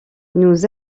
nous